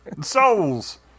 souls